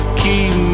keep